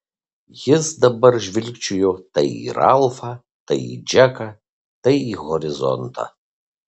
jis dabar žvilgčiojo tai į ralfą tai į džeką tai į horizontą